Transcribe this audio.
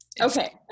okay